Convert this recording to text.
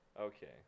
Okay